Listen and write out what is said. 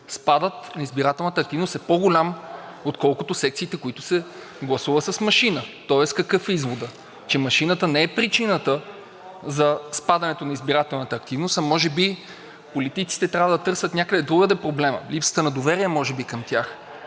спадът на избирателната активност е по-голям, отколкото в секциите, в които се гласува с машина. Тоест, какъв е изводът? Че машината не е причината за спадането на избирателната активност, а може би политиците трябва да търсят някъде другаде проблема, в липсата на доверие може би към тях.